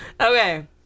Okay